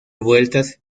vueltas